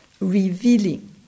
revealing